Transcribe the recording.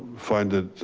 find that